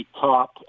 top